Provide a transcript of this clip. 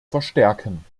verstärken